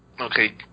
Okay